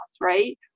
right